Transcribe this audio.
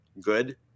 good